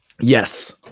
yes